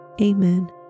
Amen